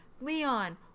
Leon